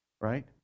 Right